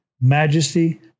majesty